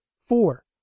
four